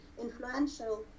influential